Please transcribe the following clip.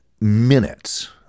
minutes